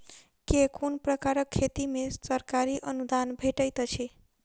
केँ कुन प्रकारक खेती मे सरकारी अनुदान भेटैत अछि?